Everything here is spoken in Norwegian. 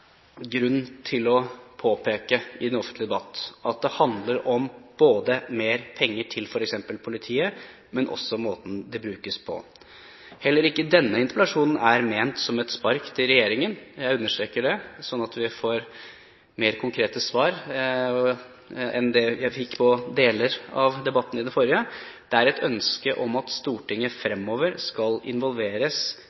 grunn til å påpeke i den offentlige debatt at det handler både om mer penger til f.eks. politiet og også om måten de brukes på. Heller ikke denne interpellasjonen er ment som et spark til regjeringen. Jeg understreker det, slik at vi får mer konkrete svar enn det jeg fikk i deler av den forrige debatten. Det er et ønske om at Stortinget